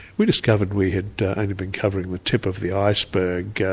we discovered we had only been covering the tip of the iceberg.